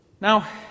Now